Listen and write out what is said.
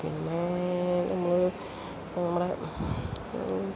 പിന്നെ നമ്മൾ നമ്മുടെ